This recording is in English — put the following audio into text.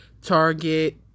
Target